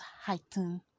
heighten